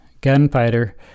gunfighter